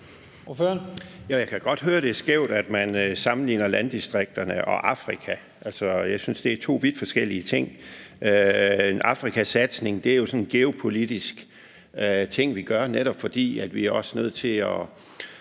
jeg kan godt høre, det er skævt, at man sammenligner landdistrikterne og Afrika. Jeg synes, det er to vidt forskellige ting. En Afrikasatsning er jo sådan en geopolitisk ting, vi gør, netop fordi vi også er nødt til,